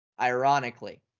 ironically